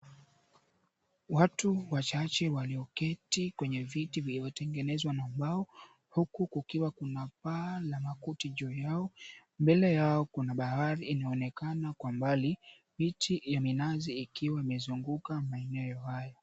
Watu wachache walioketi kwenye viti vilivyotengenezwa na mbao huku kukiwa kuna paa la makuti juu yao. Mbele yao kuna bahari inaonekana kwa mbali, miti ya minazi ikiwa imezunguka maeneo hayo.